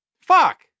Fuck